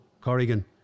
Corrigan